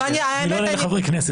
אני לא עונה לחברי כנסת.